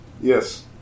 Yes